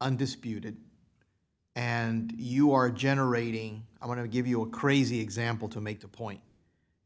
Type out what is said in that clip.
undisputed and you are generating i want to give you a crazy example to make the point